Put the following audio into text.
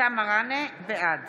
בעד